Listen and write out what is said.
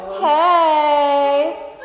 Hey